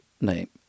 name